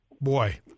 Boy